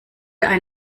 ein